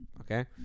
okay